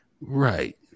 Right